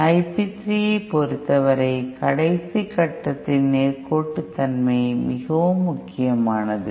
I p 3 ஐப் பொறுத்தவரை கடைசி கட்டத்தின் நேர்கோட்டுத்தன்மை மிகவும் முக்கியமானது